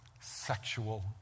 sexual